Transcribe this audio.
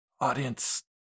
audience